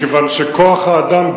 מכיוון שכוח האדם,